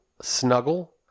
Snuggle